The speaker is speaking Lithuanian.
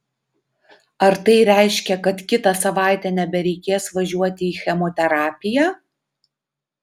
ar tai reiškia kad kitą savaitę nebereikės važiuoti į chemoterapiją